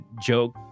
joke